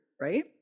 right